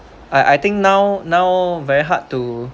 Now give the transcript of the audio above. I I think now now very hard to